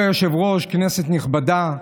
כבוד היושב-ראש, כנסת נכבדה.